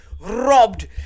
robbed